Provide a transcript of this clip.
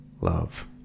love